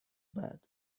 بعد